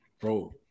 bro